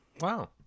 Wow